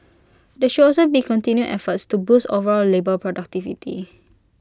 there should also be continued efforts to boost overall labour productivity